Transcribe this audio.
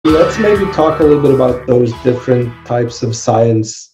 בואו נדבר קצת על אלה הטיפולים השונים של המדע.